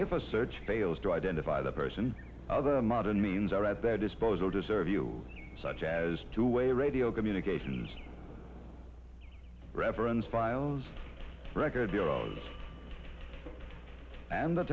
if a search fails to identify the person other modern means are at their disposal to serve you such as two way radio communications reverends files record the all and the